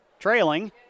Trailing